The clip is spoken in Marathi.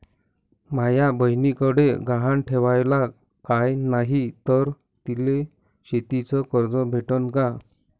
माया बयनीकडे गहान ठेवाला काय नाही तर तिले शेतीच कर्ज भेटन का?